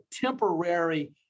temporary